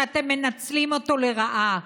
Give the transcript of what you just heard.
שאתם מנצלים אותו לרעה.